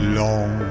long